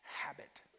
habit